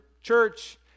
church